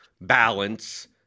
balance